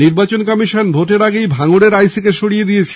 নির্বাচন কমিশন ভোটের আগেই ভাঙড়ের আইসি কে সরিয়ে দিয়েছে